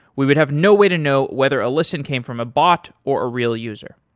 we would have no way to know whether a listen came from a bot or a real user.